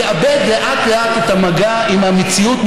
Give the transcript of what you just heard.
ייאבד לאט-לאט את המגע עם המציאות,